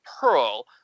Pearl